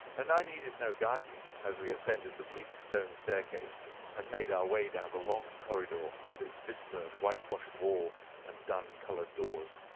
and i needed no guiding as we ascended the bleak stone staircase and made our way down the long corridor with its vista of whitewashed wall and dun-coloured doors.